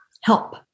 help